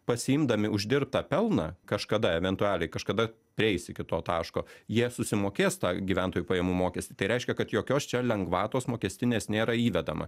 pasiimdami uždirbtą pelną kažkada eventualiai kažkada prieis iki to taško jie susimokės tą gyventojų pajamų mokestį tai reiškia kad jokios čia lengvatos mokestinės nėra įvedama